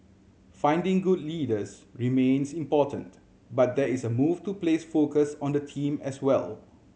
finding good leaders remains important but there is a move to place focus on the team as well